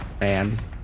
man